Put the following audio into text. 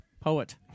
poet